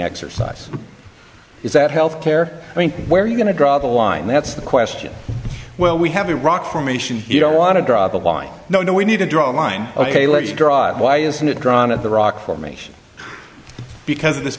exercise is that health care i mean where are you going to draw the line that's the question well we have a rock formation you don't want to draw the line no no we need to draw a line ok let's draw it why isn't it drawn at the rock formation because of this